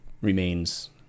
remains